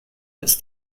ist